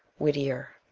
whittier.